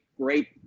great